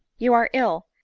you are ill,